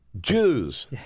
Jews